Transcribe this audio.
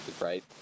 Right